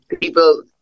people